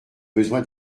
besoin